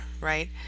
right